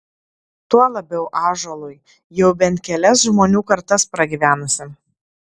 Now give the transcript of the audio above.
tuo labiau ąžuolui jau bent kelias žmonių kartas pragyvenusiam